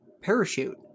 parachute